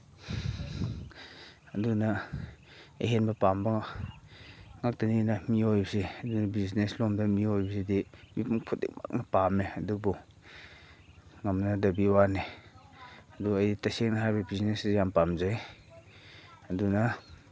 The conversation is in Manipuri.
ꯑꯗꯨꯅ ꯑꯍꯦꯟꯕ ꯄꯥꯝꯕ ꯉꯥꯛꯇꯅꯤꯅ ꯃꯤꯑꯣꯏꯕꯁꯦ ꯑꯗꯨꯅ ꯕꯤꯖꯤꯅꯦꯁꯂꯣꯝꯗ ꯃꯤꯑꯣꯏꯕꯁꯤꯗꯤ ꯃꯤꯄꯨꯝ ꯈꯨꯗꯤꯡꯃꯛꯅ ꯄꯥꯝꯃꯦ ꯑꯗꯨꯕꯨ ꯉꯝꯅꯗꯕꯩ ꯋꯥꯅꯦ ꯑꯗꯨ ꯑꯩ ꯇꯁꯦꯡꯅ ꯍꯥꯏꯔꯕꯗ ꯕꯤꯖꯤꯅꯦꯁꯁꯦ ꯌꯥꯝ ꯄꯥꯝꯖꯩ ꯑꯗꯨꯅ